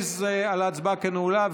ההצבעה כנעולה.